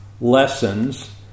lessons